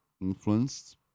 influenced